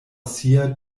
sia